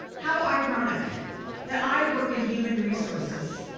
how ironic that i work in human resources,